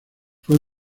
fue